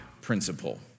principle